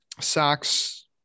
Socks